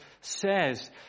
says